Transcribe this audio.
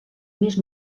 més